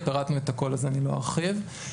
פירטנו הכול אז אני לא ארחיב.